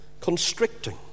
Constricting